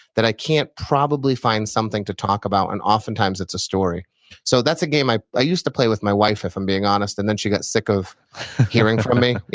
that i can't probably find something to talk about, and oftentimes it's a story so that's a game i i used to play with my wife, if i'm being honest, and then she got sick of hearing from me.